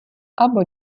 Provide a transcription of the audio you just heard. або